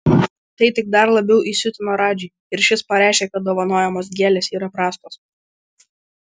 tai tik dar labiau įsiutino radžį ir šis pareiškė kad dovanojamos gėlės yra prastos